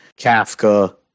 Kafka